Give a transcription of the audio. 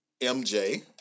MJ